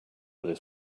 this